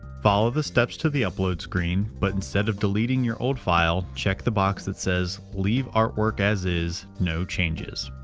follow the steps to the upload screen, but instead of deleting your old file, check the box that says, leave artwork as is no changes.